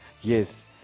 Yes